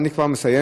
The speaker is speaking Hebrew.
אני כבר מסיים,